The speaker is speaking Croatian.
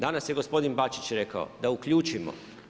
Danas je gospodin Bačić rekao da uključimo.